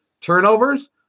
turnovers